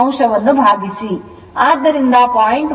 ಆದ್ದರಿಂದ 0